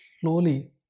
slowly